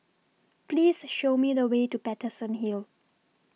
Please Show Me The Way to Paterson Hill